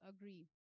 agree